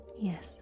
Yes